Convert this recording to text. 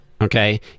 Okay